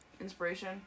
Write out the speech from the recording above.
inspiration